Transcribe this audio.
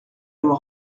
loi